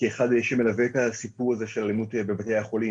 כאחד שמלווה את הסיפור הזה של אלימות בבתי החולים.